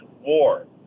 war